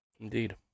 Indeed